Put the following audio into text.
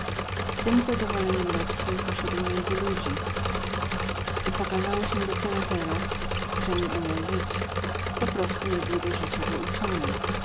z tym zadowoleniem lekkim poszedł między ludzi i pokazało się dopiero teraz że nie umiał żyć po prostu nie był do życia wyuczony